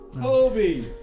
Kobe